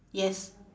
yes